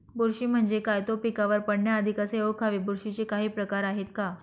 बुरशी म्हणजे काय? तो पिकावर पडण्याआधी कसे ओळखावे? बुरशीचे काही प्रकार आहेत का?